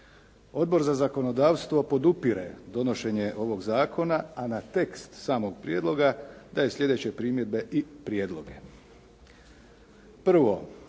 Odbor za zakonodavstvo podupire donošenje ovog zakona, a na tekst samog prijedloga daje slijedeće primjedbe i prijedloge. Prvo,